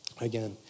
again